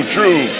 True